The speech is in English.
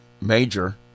major